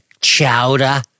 Chowder